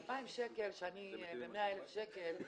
2,000 שקל כשמדובר ב-100,000 שקל,